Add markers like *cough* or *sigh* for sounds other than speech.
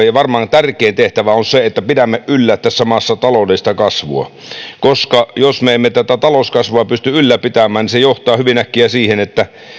*unintelligible* ja varmaan tärkein tehtävä on se että pidämme yllä tässä maassa taloudellista kasvua jos me emme tätä talouskasvua pysty ylläpitämään niin se johtaa hyvin äkkiä siihen että